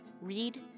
read